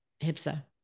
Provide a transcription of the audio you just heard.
HIPSA